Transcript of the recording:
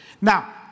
Now